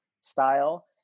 style